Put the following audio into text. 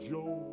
Joe